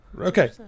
Okay